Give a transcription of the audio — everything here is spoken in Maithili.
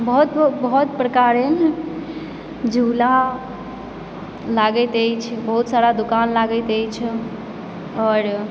बहुत बहुत प्रकारेन झूला लागैत अछि बहुत सारा दोकान लागैत अछि आओर